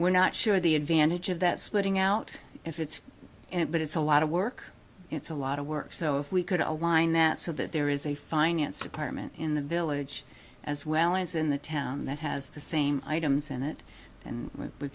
we're not sure the advantage of that spitting out if it's it but it's a lot of work it's a lot of work so if we could align that so that there is a finance department in the village as well as in the town that has the same items in it and we're